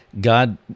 God